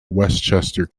westchester